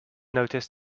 noticed